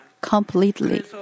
completely